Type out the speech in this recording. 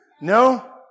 no